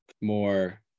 more